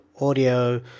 audio